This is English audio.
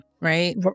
Right